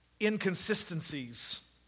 inconsistencies